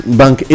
bank